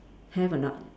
have or not